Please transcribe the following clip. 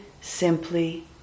simply